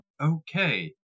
okay